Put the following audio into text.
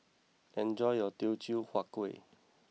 enjoy your Teochew Huat Kuih